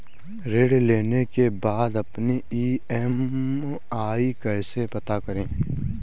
ऋण लेने के बाद अपनी ई.एम.आई कैसे पता करें?